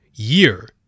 year